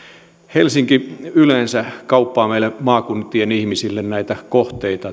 helsinki yleensä kauppaa meille maakuntien ihmisille näitä kohteita